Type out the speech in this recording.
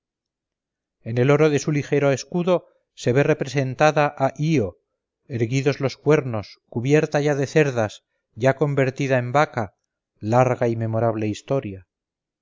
en el oro de su ligero escudo se ve representada a ío erguidos los cuernos cubierta ya de cerdas ya convertida en vaca